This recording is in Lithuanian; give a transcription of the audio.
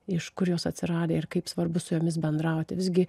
iš kur jos atsiradę ir kaip svarbu su jomis bendrauti visgi